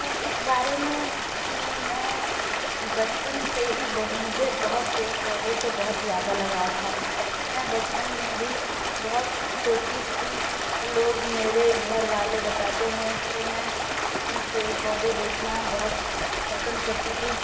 اس بارے میں میں بچپن سے ہی بہت مجھے بہت پیڑ پودوں سے بہت زیادہ لگاؤ تھا میں بچپن میں بھی بہت چھوٹی تھی لوگ میرے گھر والے بتاتے ہیں کہ میں پیڑ پودے دیکھنا بہت پسند کرتی تھی